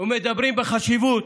ומדברים על החשיבות